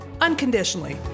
unconditionally